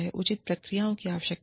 उचित प्रक्रियाओं की आवश्यकता है